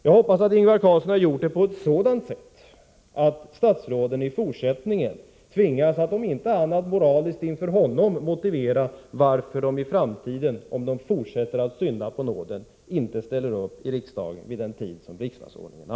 Jag hoppas att Ingvar Carlsson har gjort det på ett sådant sätt att statsråden i fortsättningen tvingas att om inte annat moraliskt inför honom motivera varför de inte ställer upp i den tid som riksdagsordningen anger, om de fortsätter att synda på nåden.